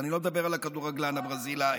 ואני לא מדבר על הכדורגלן הברזילאי.